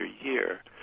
year